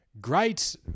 great